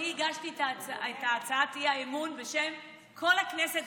הגשתי את הצעת האי-אמון בשם כל הכנסת.